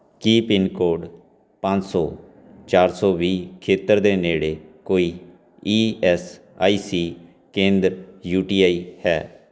ਕੀ pin code ਪੰਜ ਸੌ ਚਾਰ ਸੌ ਵੀਹ ਖੇਤਰ ਦੇ ਨੇੜੇ ਕੋਈ ਈ ਐੱਸ ਆਈ ਸੀ ਕੇਂਦਰ ਯੂ ਟੀ ਆਈ ਹੈ